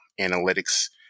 analytics